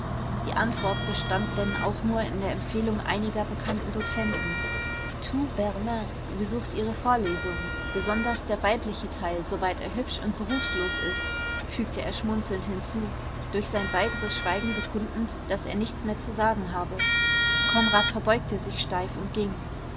die antwort bestand denn auch nur in der empfehlung einiger bekannten dozenten tout berlin besucht ihre vorlesungen besonders der weibliche teil soweit er hübsch und berufslos ist fügte er schmunzelnd hinzu durch sein weiteres schweigen bekundend daß er nichts mehr zu sagen habe konrad verbeugte sich steif und ging